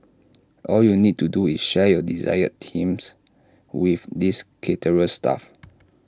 all you need to do is share your desired themes with this caterer's staff